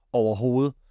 overhovedet